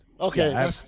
okay